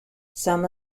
some